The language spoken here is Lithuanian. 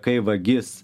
kai vagis